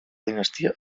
dinastia